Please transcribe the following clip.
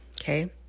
okay